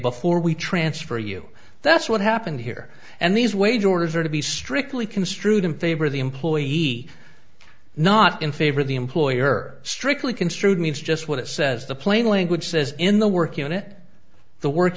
before we transfer you that's what happened here and these wage orders are to be strictly construed in favor of the employee not in favor of the employer strictly construed means just what it says the plain language says in the working on it the work